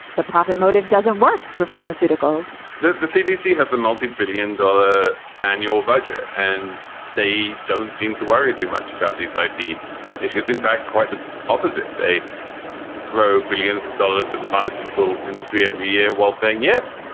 the profit motive doesn't work for pharmaceuticals the the cdc has a multi-billion dollar annual budget and they don't seem to worry too much about these ah ip issues. in fact, quite the opposite. they throw billions of dollars at the pharmaceutical industry every year while saying, yes,